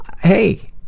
Hey